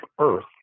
Earth